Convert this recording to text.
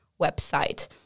website